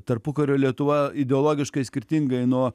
tarpukario lietuva ideologiškai skirtingai nuo